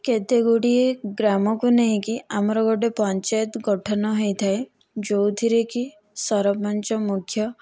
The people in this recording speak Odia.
କେତେଗୁଡ଼ିଏ ଗ୍ରାମକୁ ନେଇକି ଆମର ଗୋଟିଏ ପଞ୍ଚାୟତକୁ ଗଠନ ହୋଇଥାଏ ଯେଉଁଥିରେ କି ସରପଞ୍ଚ ମୁଖ୍ୟ